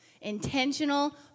intentional